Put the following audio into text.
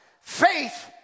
faith